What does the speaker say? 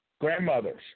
grandmothers